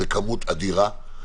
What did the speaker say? זו כמות אדירה.